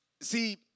See